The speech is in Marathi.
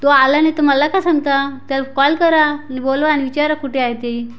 तो आला नाही तर मला का सांगता त्याला कॉल करा आणि बोलवा आणि विचारा कुठे आहे ती